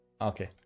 okay